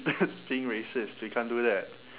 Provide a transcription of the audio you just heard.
that's being racist we can't do that